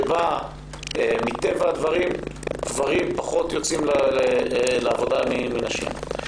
שבה מטבע הדברים גברים פחות יוצאים לעבודה מנשים,